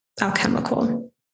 alchemical